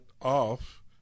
off